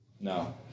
No